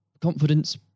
confidence